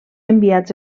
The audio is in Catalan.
enviats